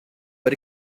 but